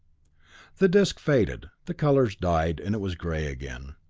the disc faded, the colors died, and it was gray again.